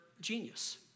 genius